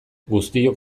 guztiok